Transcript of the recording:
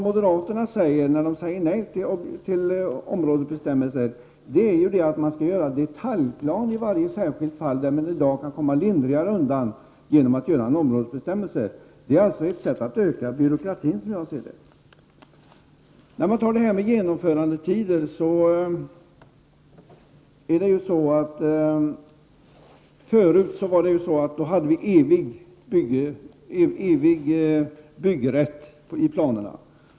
Moderaterna säger nej till områdesbestämmelser och menar att detaljplaner skall göras i varje särskilt fall, trots att det går att komma lindrigare undan genom en områdesbestämmelse. Moderaternas förslag innebär, som jag ser det, att byråkratin ökar. Så till frågan om genomförandetider. Tidigare hade vi evig byggrätt i planerna.